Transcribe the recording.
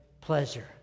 pleasure